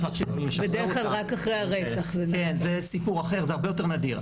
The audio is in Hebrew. זה סיפור אחר, זה הרבה יותר נדיר.